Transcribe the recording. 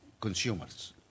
consumers